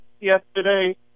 yesterday